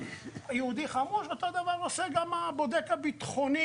אותו הדבר עושה גם הבודק הביטחוני,